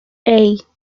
hey